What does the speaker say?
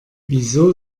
wieso